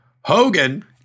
Hogan